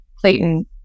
Clayton